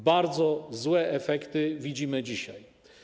Bardzo złe efekty widzimy dzisiaj.